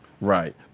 Right